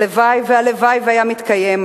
ולוואי והלוואי והיה מתקיים,